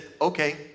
okay